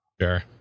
Sure